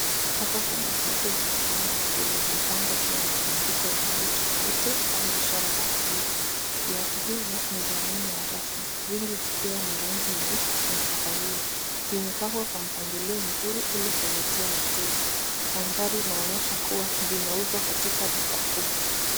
Hapa kuna viatu vya kiume vilivypangwa juu ya masanduku ya rangi tofauti kama ishara ya kuuza viatu hivyo ni vya aina ya rasmi, vingi vikiwa na rangi nyeusi na kahawia. Vimepangwa kwa mpangilio mzuri ili kuvutua wateja. Mandhari inaonyesha kuwa vinauzwa katika duka kubwa.